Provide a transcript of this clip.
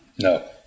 No